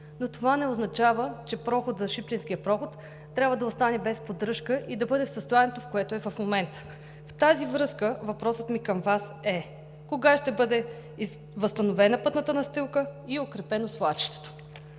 но това не означава, че Шипченският проход трябва да остане без поддръжка и да бъде в състоянието, в което е в момента. В тази връзка въпросът ми към Вас е: кога ще бъде възстановена пътната настилка и укрепено свлачището?